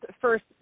first